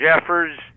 Jeffers